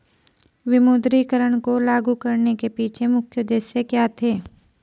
विमुद्रीकरण को लागू करने के पीछे मुख्य उद्देश्य क्या थे?